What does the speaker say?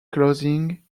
closing